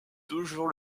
toujours